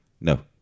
No